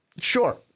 Sure